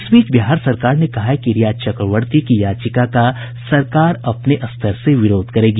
इस बीच बिहार सरकार ने कहा है कि रिया चक्रवर्ती की याचिका का सरकार अपने स्तर से विरोध करेगी